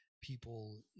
people